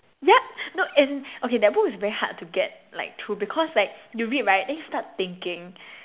ya no and okay that book is very hard to get like through because like you read right then you start thinking